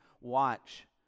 watch